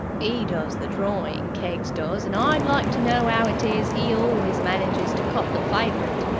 e does the drawing, keggs does, and i'd like to know ow it is e always manages to cop the fav'rit!